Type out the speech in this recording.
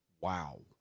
wow